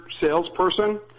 salesperson